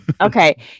okay